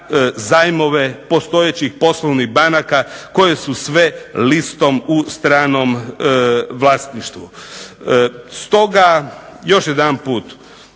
zajmove postojećih poslovnih banaka koje su sve listom u stranom vlasništvu. Stoga još jedanput